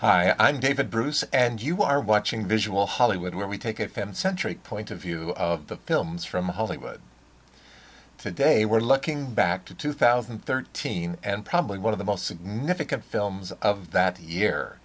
invincible i'm david bruce and you are watching visual hollywood where we take offense centric point of view of the films from hollywood today we're looking back to two thousand and thirteen and probably one of the most significant films of that year